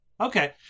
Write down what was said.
Okay